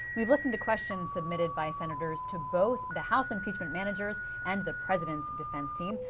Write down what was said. we listen to questions submitted by senators to both the house impeach and managers and the president's defense team.